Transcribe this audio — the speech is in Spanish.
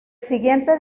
siguiente